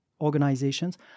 organizations